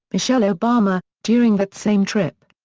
michelle obama, during that same trip.